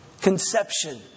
conception